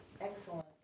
excellent